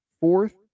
fourth